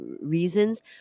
reasons